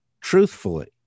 truthfully